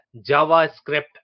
javascript